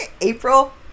April